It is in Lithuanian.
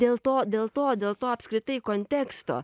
dėl to dėl to dėl to apskritai konteksto